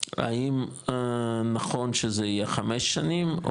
האם נכון שזה יהיה חמש שנים,